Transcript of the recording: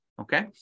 okay